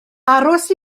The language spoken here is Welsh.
aros